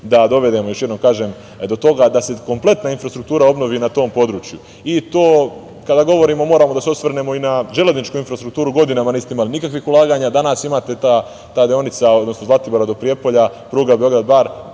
da dovedemo još jednom, kažem, do toga da se kompletna infrastruktura obnovi na tom području. To kada govorimo moramo da se osvrnemo na železničku infrastrukturu, godinama niste imali nikakvih ulaganja. Danas imate tu deonicu od Zlatibora do Prijepolja, pruga Beograd – Bar,